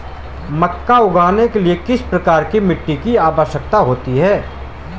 मक्का उगाने के लिए किस प्रकार की मिट्टी की आवश्यकता होती है?